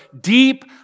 deep